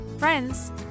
Friends